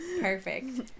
Perfect